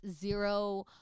Zero